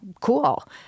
cool